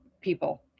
people